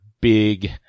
big